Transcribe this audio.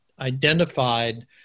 identified